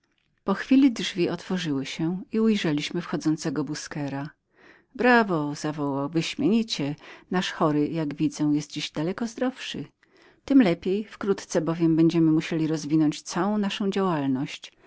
po chwili drzwi otworzyły się i ujrzeliśmy wchodzącego busquera brawo zawołał wyśmienicie nasz chory jak widzę jest dziś daleko zdrowszym tem lepiej wkrótce bowiem będziem musieli rozwinąć całą naszą